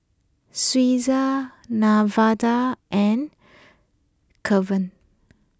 Suzie Nevada and Kevon